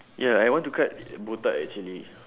ya I want to cut botak actually